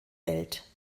welt